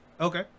Okay